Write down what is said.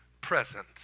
present